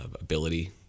ability